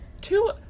two